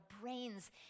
brains